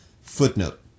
Footnote